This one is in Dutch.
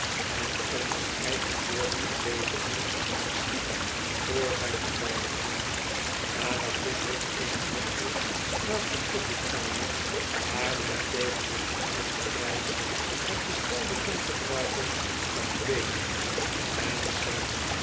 en om zijn eigen woorden te bezigen sliep voor zijn ontbijt nadat pickwick in een hokje naast de koffiekamer waar men tegen een verhoogden prijs het bestelde kon gebruiken ontbeten en